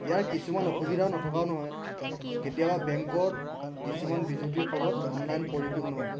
ইয়াৰ কিছুমান অসুবিধা নথকাও নহয় কেতিয়াবা বেংকত কিছুমান বিজুতিৰ ফলত অনলাইন পৰিশোধ নহয়